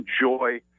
enjoy